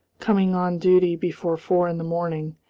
coming on duty before four in the morning,